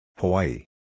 Hawaii